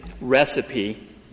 recipe